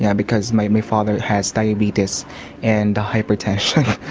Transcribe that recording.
yeah because my my father has diabetes and hypertension.